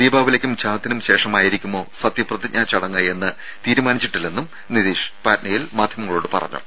ദീപാവലിക്കും ഛാത്തിനും ശേഷമായിരിക്കുമോ സത്യപ്രതിജ്ഞാ ചടങ്ങ് എന്ന് തീരുമാനിച്ചിട്ടില്ലെന്നും നിതീഷ് പാട്നയിൽ മാധ്യമങ്ങളോട് പറഞ്ഞു